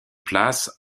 place